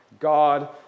God